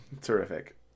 Terrific